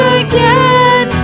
again